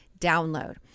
download